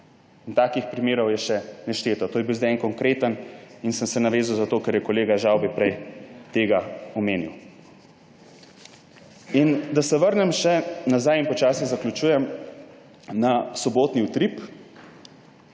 In takih primerov je še nešteto. To je bil zdaj en konkreten, na katerega sem se navezal zato, ker je kolega Žavbi prej tega omenil. Naj se vrnem nazaj, in počasi zaključujem, na sobotni Utrip.